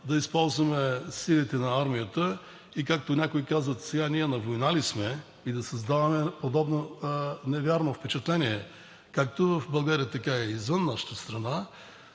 да използваме силите на армията и както някои казват – сега на война ли сме, и да създаваме подобно невярно впечатление както в България, така и извън нашата страна.